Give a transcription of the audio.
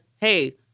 hey